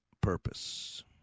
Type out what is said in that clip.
purpose